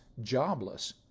jobless